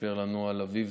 שסיפר לנו על אביו,